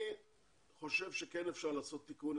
אני חושב שכן אפשר לעשות תיקון.